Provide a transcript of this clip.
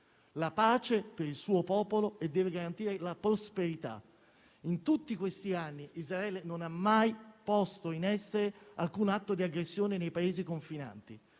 la pace per il suo popolo e la prosperità. In tutti questi anni Israele non ha mai posto in essere alcun atto di aggressione nei Paesi confinanti.